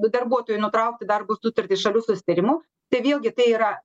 darbuotojui nutraukti darbo sutartį šalių susitarimu tai vėlgi tai yra